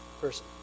person